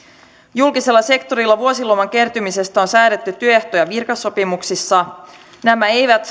julkisella sektorilla vuosiloman kertymisestä on säädetty työ ja virkaehtosopimuksissa nämä eivät